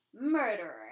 Murderer